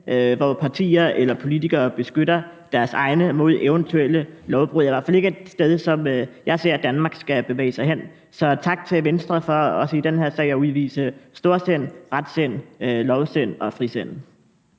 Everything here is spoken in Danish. hvor partier eller politikere beskytter deres egne i forbindelse med eventuelle lovbrud, er i hvert fald ikke et sted, som jeg ser Danmark skal bevæge sig hen. Så tak til Venstre for også i den her sag at udvise storsind, retsind, lovsind og frisind.